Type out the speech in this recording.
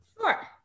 Sure